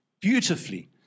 beautifully